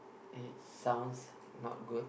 it sounds not good